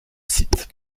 site